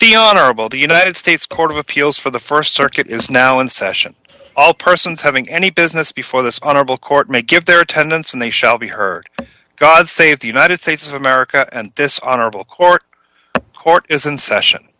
the honorable the united states court of appeals for the st circuit is now in session all persons having any business before this honorable court make it their attendance and they shall be heard god save the united states of america and this honorable court court is in session